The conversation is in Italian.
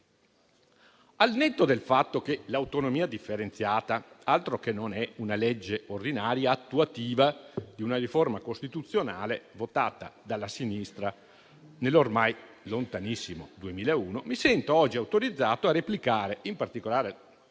Al netto del fatto che l'autonomia differenziata altro non è che una legge ordinaria attuativa di una riforma costituzionale votata dalla sinistra nell'ormai lontanissimo 2001, mi sento oggi autorizzato a replicare, in particolare